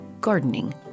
gardening